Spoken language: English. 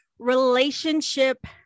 relationship